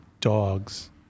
dogs